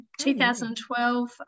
2012